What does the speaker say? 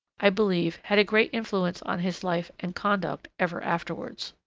i believe had a great influence on his life and conduct ever afterwards.